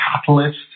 catalyst